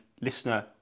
listener